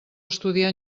estudiar